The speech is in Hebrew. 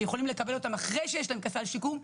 שיכולים לקבל אותם אחרי שיש להם את הסל שיקום,